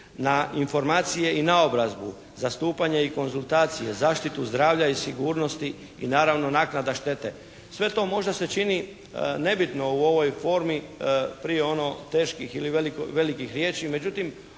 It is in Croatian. Na informacije i naobrazbu, zastupanje i konzultacije, zaštitu zdravlja i sigurnosti i naravno naknada štete. Sve to možda se čini nebitno u ovoj formi prije ono teških ili velikih riječi